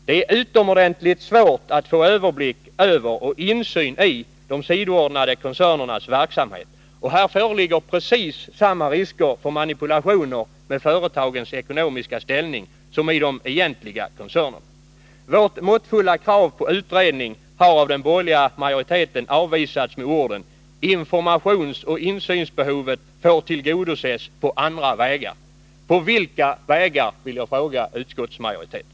Det är utomordentligt svårt att få överblick över och insyn i de sidoordnade koncernernas verksamhet, och här föreligger precis samma risker för manipulationer med företagens ekonomiska ställning som i de egentliga koncernerna. Vårt måttfulla krav på utredning har av den borgerliga majoriteten avvisats med orden: ”Informationsoch insynsbehovet får tillgodoses på andra vägar.” På vilka vägar? vill jag fråga utskottsmajoriteten.